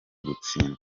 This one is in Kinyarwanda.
gutsindwa